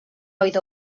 oedd